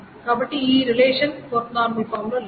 కాబట్టి ఈ relation 4NF లో లేదు